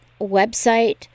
website